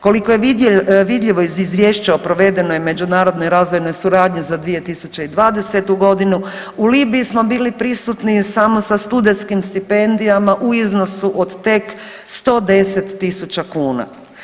Koliko je vidljivo iz izvješća o provedenoj međunarodnoj razvojnoj suradnji za 2020.g. u Libiji smo bili prisutni samo sa studentskim stipendijama u iznosu od tek 110.000 kuna.